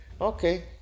Okay